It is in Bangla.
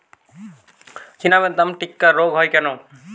চিনাবাদাম টিক্কা রোগ হয় কেন?